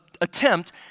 attempt